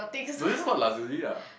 no just call Lazuli lah